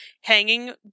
hanging